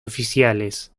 oficiales